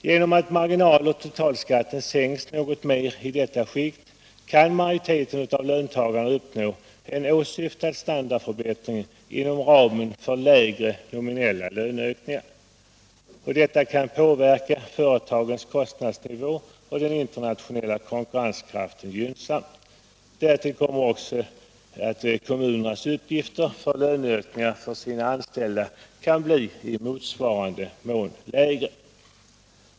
Genom att marginal och totalskatten sänks något mer i detta skikt kan majoriteten av löntagarna uppnå en åsyftad standardförbättring inom ramen för lägre nominella löneökningar. Och detta kan påverka företagens kostnadsnivå och den internationella konkurrenskraften gynnsamt. Därtill kommer att kommunernas utgifter för löneökningar för sina anställda kan bli i motsvarande mån lägre.